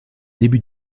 début